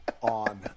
on